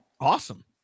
awesome